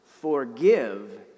Forgive